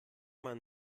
man